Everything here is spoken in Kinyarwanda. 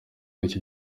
ico